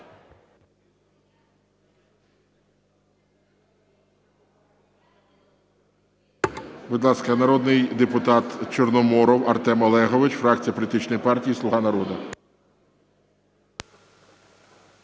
Будь ласка, народний депутат Чорноморов Артем Олегович, фракція політичної партії "Слуга народу".